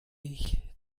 ich